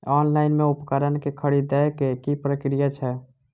Online मे उपकरण केँ खरीदय केँ की प्रक्रिया छै?